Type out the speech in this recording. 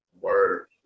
Word